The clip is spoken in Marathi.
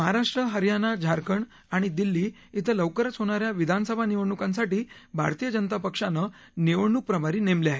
महाराष्ट्र हरयाणा झारखंड आणि दिल्ली श्रें लवकरच होणा या विधानसभा निवडणुकांसाठी भारतीय जनता पक्षानं निवडणूक प्रभारी नेमले आहेत